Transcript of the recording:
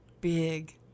big